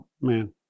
man